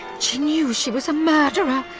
she knew she was a murderer,